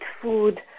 food